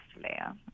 layer